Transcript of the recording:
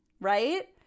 right